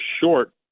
short